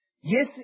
yes